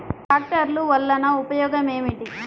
ట్రాక్టర్లు వల్లన ఉపయోగం ఏమిటీ?